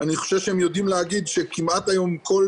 אני חושב שהם יודעים להגיד שהיום כמעט